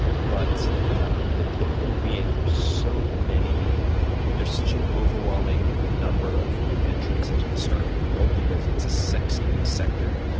but ah the the point being, there's so many there's such an overwhelming number of new entrants into the startup world because it's a sexy sector,